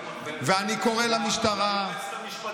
למה אתה לא קורא למשטרה ולפרקליטות וליועצת המשפטית,